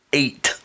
eight